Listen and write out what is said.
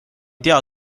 tea